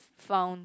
found